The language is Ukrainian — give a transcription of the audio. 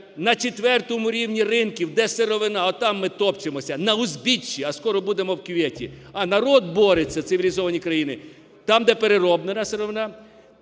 на четвертому рівні ринків, де сировина, отам ми топчемося, на узбіччі, а скоро будемо в кюветі. А народ бореться, цивілізовані країни – там, де перероблена сировина,